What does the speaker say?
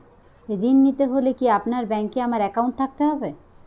ঋণ নিতে হলে কি আপনার ব্যাংক এ আমার অ্যাকাউন্ট থাকতে হবে?